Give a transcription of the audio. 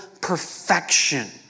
perfection